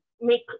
make